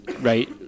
right